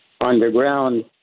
underground